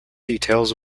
details